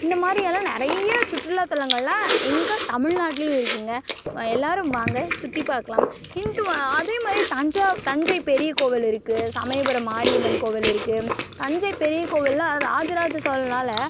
இந்தமாதிரி எல்லாம் நிறைய சுற்றுலாத்தலங்கள்லாம் எங்கள் தமிழ்நாட்லையும் இருக்குதுங்க எல்லோரும் வாங்க சுற்றிப் பார்க்கலாம் ஹிந்துவாக அதே மாதிரி தஞ்சா தஞ்சை பெரியகோவில் இருக்குது சமயபுரம் மாரியம்மன் கோவில் இருக்குது தஞ்சை பெரியகோவில்லாம் ராஜராஜசோழனால்